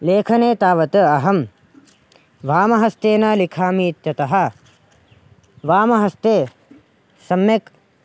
लेखने तावत् अहं वामहस्तेन लिखामि इत्यतः वामहस्ते सम्यक्